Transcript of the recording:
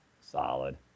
Solid